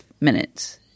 minutes